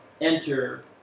enter